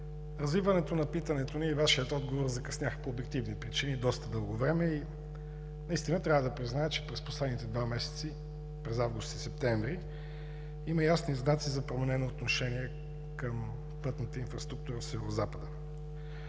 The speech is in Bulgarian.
Развиването на питането ни и Вашият отговор закъсняха по обективни причини доста дълго време и наистина трябва да призная, че през последните два месеца – през август и септември, има ясни знаци за променено отношение към пътната инфраструктура в Северозапада.